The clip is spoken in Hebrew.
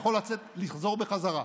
יכול לחזור בחזרה.